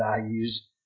values